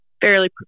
fairly